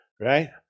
right